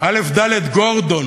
א"ד גורדון